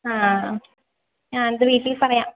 ആ ഞാനിത് വീട്ടിൽ പറയാം